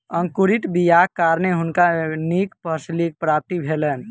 अंकुरित बीयाक कारणें हुनका नीक फसीलक प्राप्ति भेलैन